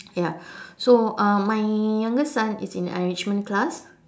ya so um my younger son is in enrichment class